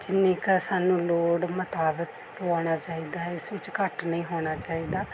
ਜਿੰਨੀ ਕੁ ਸਾਨੂੰ ਲੋੜ ਮੁਤਾਬਕ ਪੁਆਉਣਾ ਚਾਹੀਦਾ ਹੈ ਇਸ ਵਿੱਚ ਘੱਟ ਨਹੀਂ ਹੋਣਾ ਚਾਹੀਦਾ